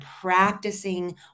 practicing